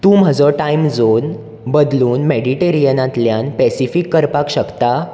तूं म्हजो time zone बदलून मेडिटरेंनातल्यान पेसिफिक करपाक शकता